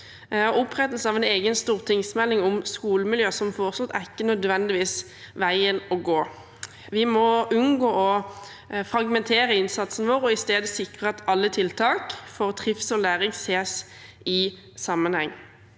Opprettelse av en egen stortingsmelding om skolemiljø, som foreslått, er ikke nødvendigvis veien å gå. Vi må unngå å fragmentere innsatsen vår og i stedet sikre at alle tiltak for trivsel og læring ses i sammenheng.